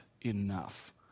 enough